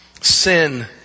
sin